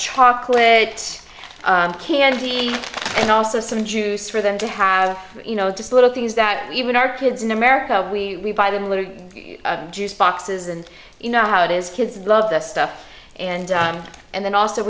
choklit candy and also some juice for them to have you know just little things that even our kids in america we buy them little juice boxes and you know how it is kids love this stuff and and then also